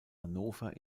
hannover